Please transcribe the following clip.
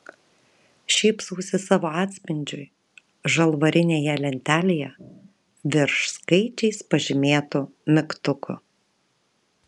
šypsausi savo atspindžiui žalvarinėje lentelėje virš skaičiais pažymėtų mygtukų